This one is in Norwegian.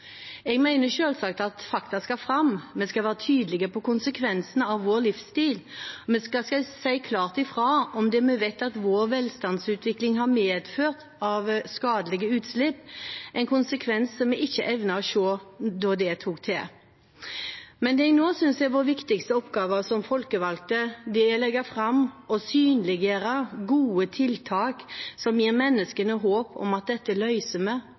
Jeg mener selvsagt at fakta skal fram, vi skal være tydelige på konsekvensene av vår livsstil, og vi skal si klart ifra om det vi vet, at vår velstandsutvikling har medført skadelige utslipp, en konsekvens som vi ikke evnet å se da det tok til. Men det jeg nå synes er vår viktigste oppgave som folkevalgte, er å legge fram og synliggjøre gode tiltak som gir menneskene håp om at dette løser vi